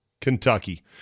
Kentucky